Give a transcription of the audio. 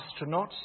astronauts